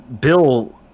bill